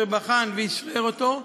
אשר בחן ואשרר אותו,